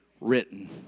written